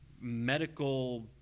medical